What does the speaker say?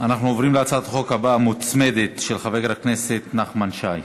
אנחנו עוברים להצעת החוק הבאה המוצמדת של חבר הכנסת נחמן שי.